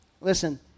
Listen